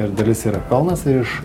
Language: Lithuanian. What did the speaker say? ir dalis yra pelnas ir iš